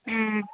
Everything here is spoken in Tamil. ம்ம்